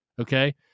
Okay